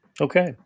Okay